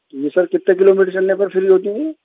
یہ سر کتے kilometre چلنے پر فری ہوتی ہیں یہ